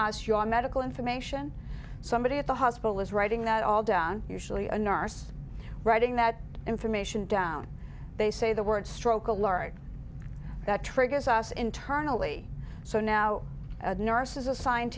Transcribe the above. us your medical information somebody at the hospital is writing that all down usually a nurse writing that information down they say the word stroke alert that triggers us internally so now nurses assigned